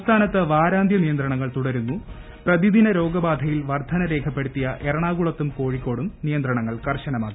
സംസ്ഥാനത്ത് വാരാന്തൃ്നീയ്ത്രണങ്ങൾ തുടരുന്നു പ്രതിദിന്മ ്രോമ്ബാധയിൽ വർധന രേഖപ്പെടുത്തിയ എന്റീണാകുളത്തും കോഴിക്കോടും പ്രീയ്ന്ത്രണങ്ങൾ കർശനമാക്കി